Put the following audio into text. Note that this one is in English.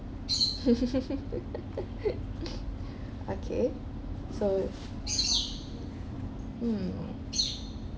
okay so mm